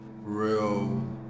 real